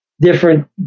different